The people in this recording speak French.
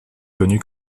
connu